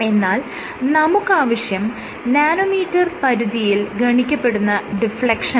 എന്നാൽ നമുക്കാവശ്യം നാനോമീറ്റർ പരിധിയിൽ ഗണിക്കപ്പെടുന്ന ഡിഫ്ലെക്ഷനാണ്